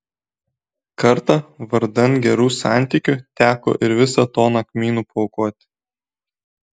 kartą vardan gerų santykių teko ir visą toną kmynų paaukoti